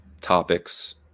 topics